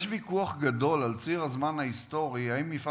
יש ויכוח גדול על ציר הזמן ההיסטורי האם מפעל